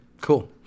Cool